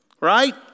Right